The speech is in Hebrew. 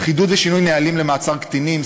חידוד לשינוי נהלים למעצר קטינים,